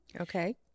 Okay